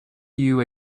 you